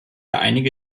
einige